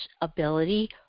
ability